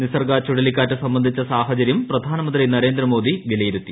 നിസർഗ ചുഴലിക്കാറ്റ് സംബന്ധിച്ച സാഹചര്യം പ്രധാനമന്ത്രി നരേന്ദ്രമോദി വിലയിരുത്തി